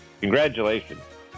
Congratulations